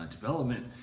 development